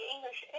English